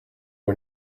are